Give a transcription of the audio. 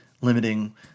limiting